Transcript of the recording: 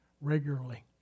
regularly